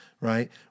Right